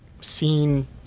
seen